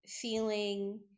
feeling